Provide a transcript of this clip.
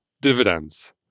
dividends